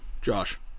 Josh